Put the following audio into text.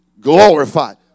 glorified